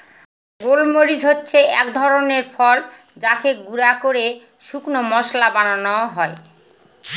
গোল মরিচ হচ্ছে এক ধরনের ফল যাকে গুঁড়া করে শুকনো মশলা বানানো হয়